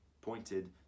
pointed